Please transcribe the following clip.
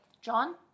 John